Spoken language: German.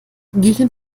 gegen